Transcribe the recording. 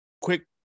Quick